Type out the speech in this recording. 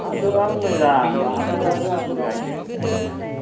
बाहादुराबो मोजां बाहादुराबो आंबो गायदों गायनायालाय